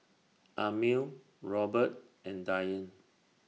Amil Robert and Dyan